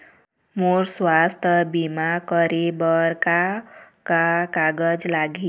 मोर स्वस्थ बीमा करे बर का का कागज लगही?